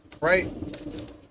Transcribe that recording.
Right